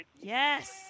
Yes